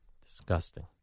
Disgusting